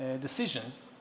decisions